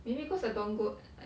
maybe cause I don't go at like